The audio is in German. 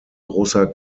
großer